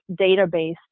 database